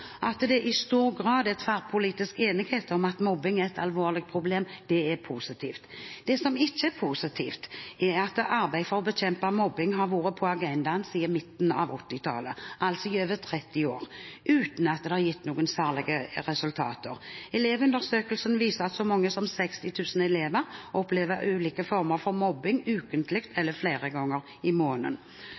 At det i stor grad er tverrpolitisk enighet om at mobbing er et alvorlig problem, er positivt. Det som ikke er positivt, er at arbeid for å bekjempe mobbing har vært på agendaen siden midten av 1980-tallet, altså i over 30 år, uten at det har gitt noen særlige resultater. Elevundersøkelsen viser at så mange som 60 000 elever opplever ulike former for mobbing ukentlig eller flere ganger i måneden.